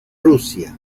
rusia